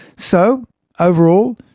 so overall,